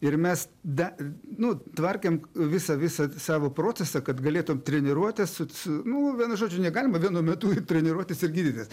ir mes da nu tvarkėm visą visą savo procesą kad galėtum treniruotis su su nu vienu žodžiu negalima vienu metu ir treniruotis ir gydytis